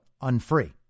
unfree